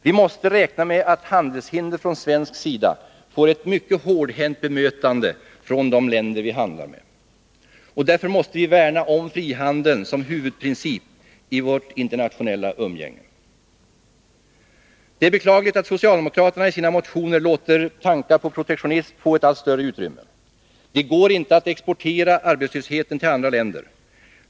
Vi måste räkna med att handelshinder från svensk sida får ett mycket hårdhänt bemötande från de länder vi handlar med. Därför måste vi värna om frihandeln som huvudprincip i vårt internationella umgänge. Det är beklagligt att socialdemokraterna i sina motioner låter tankar på protektionism få ett allt större utrymme. Det går inte att exportera arbetslösheten till andra länder.